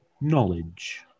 knowledge